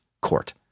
court